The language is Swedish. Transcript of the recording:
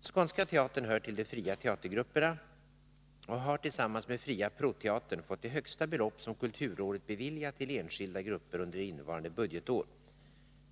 Skånska Teatern hör till de fria teatergrupperna och har, tillsammans med Fria proteatern, fått det högsta belopp som kulturrådet beviljat till enskilda grupper under innevarande budgetår.